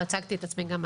לא הצגתי את עצמי גם,